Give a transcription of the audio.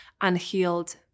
unhealed